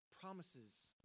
promises